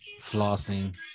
Flossing